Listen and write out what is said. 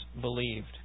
believed